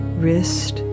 wrist